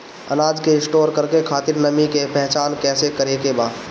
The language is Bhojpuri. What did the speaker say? अनाज के स्टोर करके खातिर नमी के पहचान कैसे करेके बा?